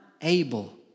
able